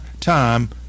time